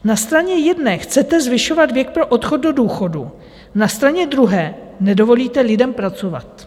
Na straně jedné chcete zvyšovat věk pro odchod do důchodu, na straně druhé nedovolíte lidem pracovat.